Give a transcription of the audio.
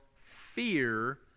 fear